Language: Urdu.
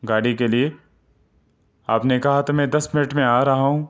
گاڑی کے لیے آپ نے کہا تھا میں دس منٹ میں آ رہا ہوں